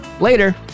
later